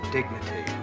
Dignity